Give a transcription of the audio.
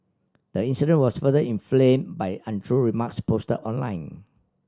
the incident was further inflamed by untrue remarks posted online